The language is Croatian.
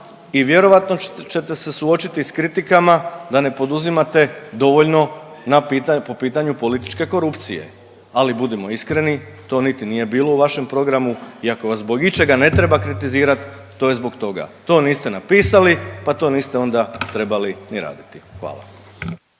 i vjerovatno ćete se suočiti s kritikama da ne poduzimate dovoljno na pitanju po pitanju političke korupcije, ali budemo iskreni to niti nije bilo u vašem programu i ako vas zbog ičega ne treba kritizirat to je zbog toga. To niste napisali, pa to niste onda trebali ni raditi. Hvala.